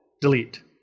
delete